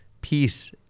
peace